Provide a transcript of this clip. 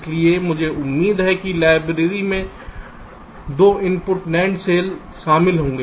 इसलिए मुझे उम्मीद है कि लाइब्रेरी में 2 इनपुट NAND सेल होगा